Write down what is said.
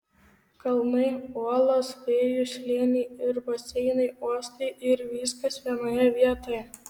kalnai uolos fėjų slėniai ir baseinai uostai ir viskas vienoje vietoje